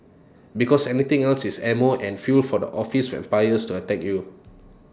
because anything else is ammo and fuel for the office vampires to attack you